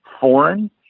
foreign